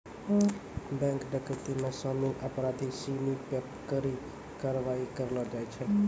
bank डकैती मे शामिल अपराधी सिनी पे कड़ी कारवाही करलो जाय छै